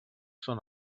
són